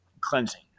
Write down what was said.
Cleansing